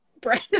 bread